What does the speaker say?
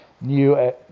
new